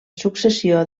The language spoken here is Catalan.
successió